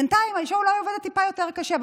ובינתיים האישה אולי עובדת טיפה יותר קשה,